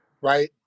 right